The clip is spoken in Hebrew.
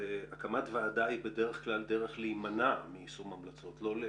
הקמת ועדה היא דרך להימנע מיישום המלצות.